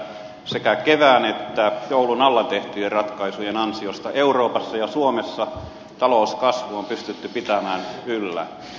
meillä on tiedossa että sekä kevään että joulun alla tehtyjen ratkaisujen ansiosta euroopassa ja suomessa talouskasvu on pystytty pitämään yllä